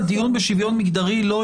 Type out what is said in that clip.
שראל.